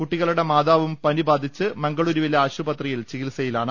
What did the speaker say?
കുട്ടികളുടെ മാതാവും പനി ബാധിച്ച് മംഗുളൂരുവിലെ ആശുപത്രിയിൽ ചികി ത്സയിലാണ്